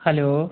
hello